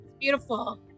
beautiful